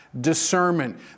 discernment